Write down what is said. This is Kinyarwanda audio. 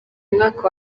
mwaka